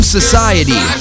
Society